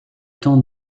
temps